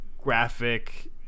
Graphic